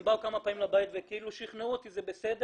הם באו כמה פעמים לבית ושכנעו אותי "זה בסדר,